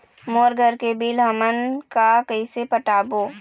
मोर घर के बिल हमन का कइसे पटाबो?